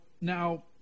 now